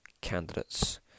candidates